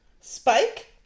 Spike